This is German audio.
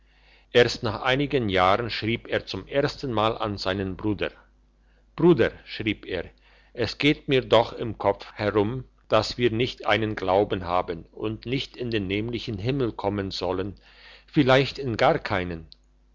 erst nach einigen jahren schrieb er zum ersten mal an seinen bruder bruder schrieb er es geht mir doch im kopf herum dass wir nicht einen glauben haben und nicht in den nämlichen himmel kommen sollen vielleicht in gar keinen